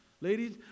ladies